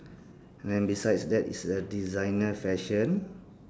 and then besides that is a designer fashion